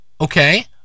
okay